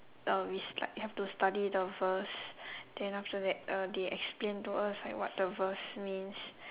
uh we s~ like have to study the verse then after that uh they explain to us like what the verse means